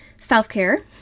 Self-care